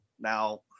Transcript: now